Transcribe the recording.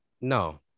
No